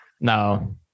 no